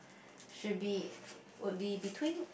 should be would be between